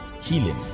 healing